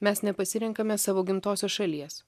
mes nepasirenkame savo gimtosios šalies